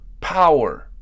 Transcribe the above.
power